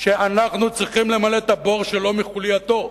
שאנחנו צריכים למלא את הבור שלא מחולייתו,